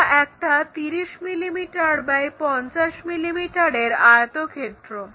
এটা একটা 30 millimetre X 50 মিলিমিটারের আয়তক্ষেত্র